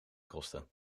kosten